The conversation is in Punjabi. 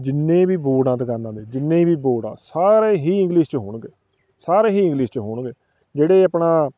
ਜਿੰਨੇ ਵੀ ਬੋਰਡ ਆ ਦੁਕਾਨਾਂ ਦੇ ਜਿੰਨੇ ਵੀ ਬੋਰਡ ਆ ਸਾਰੇ ਹੀ ਇੰਗਲਿਸ਼ 'ਚ ਹੋਣਗੇ ਸਾਰੇ ਹੀ ਇੰਗਲਿਸ਼ 'ਚ ਹੋਣਗੇ ਜਿਹੜੇ ਆਪਣਾ